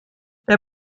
der